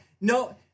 no